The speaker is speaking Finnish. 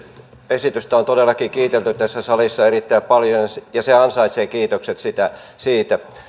esitystä on todellakin kiitelty tässä salissa erittäin paljon ja se ansaitsee kiitokset siitä